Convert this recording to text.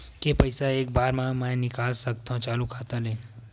के पईसा एक बार मा मैं निकाल सकथव चालू खाता ले?